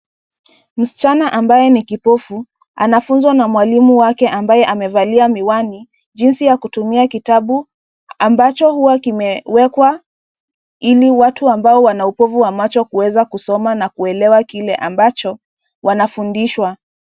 Msichana ambaye ni kibovu anafunza na mwalimu wake ambaye amevalia miwani, jinsi ya kutumia kitabu, ambacho huwa imekwa ili watu ambao wanaubovu wa macho kuweza kusoma na kuelewa kile ambacho wanafundisha.